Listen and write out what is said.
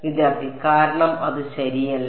വിദ്യാർത്ഥി കാരണം അത് ശരിയല്ല